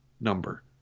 number